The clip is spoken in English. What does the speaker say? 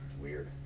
Weird